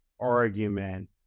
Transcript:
argument